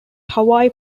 hawaii